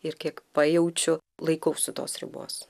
ir kiek pajaučiu laikausi tos ribos